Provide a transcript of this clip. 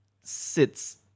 sits